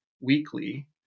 weekly